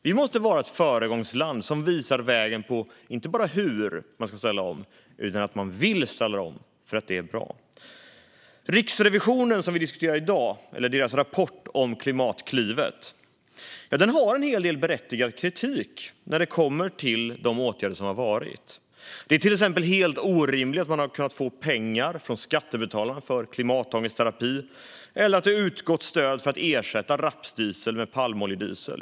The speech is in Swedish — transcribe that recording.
Vi måste vara ett föregångsland som inte bara visar hur man ska ställa om utan att vi också vill ställa om därför att det är bra. Riksrevisionens rapport om Klimatklivet, som vi diskuterar i dag, har en hel del berättigad kritik när det kommer till de åtgärder som har genomförts. Det är till exempel helt orimligt att man har kunnat få pengar från skattebetalarna för klimatångestterapi eller att det utgått stöd för att ersätta rapsdiesel med palmoljediesel.